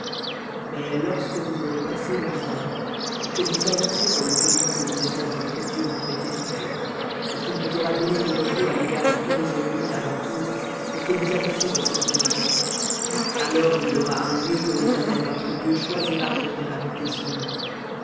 mais lorsque vous aurez passé le jourdain et que vous habiterez dans le pays que l'éternel votre dieu vous fait hériter et qu'il vous aura donné du repos à l'égard de tous vos ennemis à l'entour et que vous habiterez en sécurité alors il y aura un lieu que l'éternel votre dieu choisira pour y faire habiter son nom